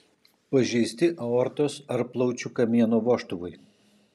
pažeisti aortos ar plaučių kamieno vožtuvai